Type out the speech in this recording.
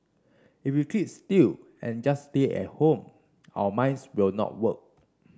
if we keep still and just stay at home our minds will not work